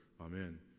Amen